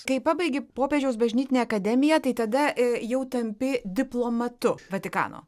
kai pabaigi popiežiaus bažnytinę akademiją tai tada jau tampi diplomatu vatikano